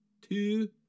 two